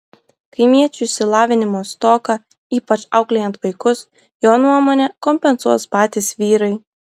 kaimiečių išsilavinimo stoką ypač auklėjant vaikus jo nuomone kompensuos patys vyrai